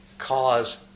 cause